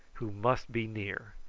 who must be near.